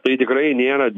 tai tikrai nėra